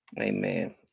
Amen